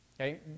Okay